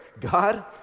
God